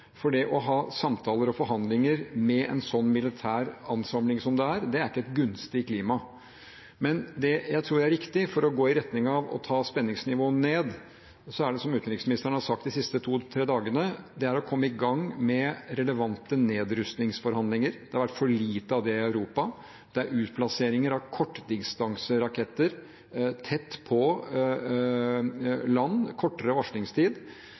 for time, dag for dag, for å ha samtaler og forhandlinger med en slik militær ansamling som dette er, er ikke i et gunstig klima. Men det jeg tror er riktig for å gå i retning av å ta spenningsnivået ned, er – som utenriksministeren har sagt de siste to–tre dagene – å komme i gang med relevante nedrustningsforhandlinger. Det har vært for lite av det i Europa. Det er utplasseringer av kortdistanseraketter tett på land, og det er kortere varslingstid.